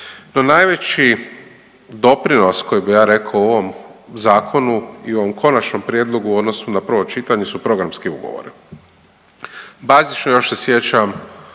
no najveći doprinos koji bi ja rekao u ovom Zakonu i u ovom konačnom prijedlogu u odnosu na prvo čitanje su programski ugovori. Bazično, još se sjećam